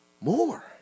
more